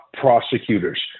prosecutors